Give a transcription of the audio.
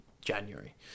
january